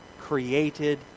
created